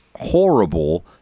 horrible